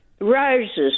Roses